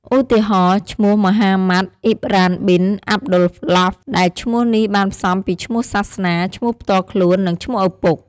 ឧទាហរណ៍ ឈ្មោះម៉ូហាម៉ាត់ អ៊ីមរ៉ាន ប៊ីន អាប់ឌុលឡាហ្វ ដែលឈ្មោះនេះបានផ្សំពីឈ្មោះសាសនា ឈ្មោះផ្ទាល់ខ្លួន និងឈ្មោះឪពុក ។